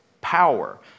power